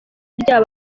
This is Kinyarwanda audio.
ryabo